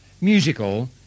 musical